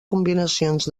combinacions